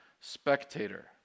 spectator